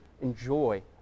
enjoy